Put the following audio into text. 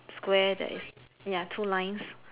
square there is ya two lines